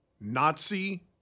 Nazi